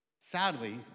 Sadly